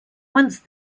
once